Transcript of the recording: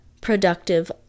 productive